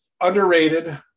underrated